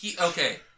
Okay